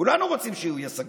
כולנו רוצים שהוא ישגשג,